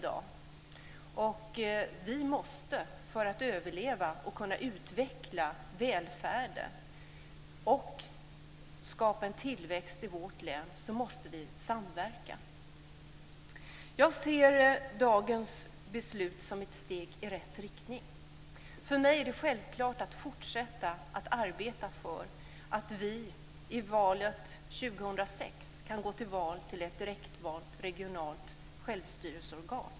Vi måste samverka för att överleva och kunna utveckla välfärden och skapa en tillväxt i vårt län. Jag ser dagens beslut som ett steg i rätt riktning. För mig är det självklart att fortsätta att arbeta för att vi i valet 2006 kan gå till val till ett direktvalt regionalt självstyrelseorgan.